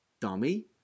dummy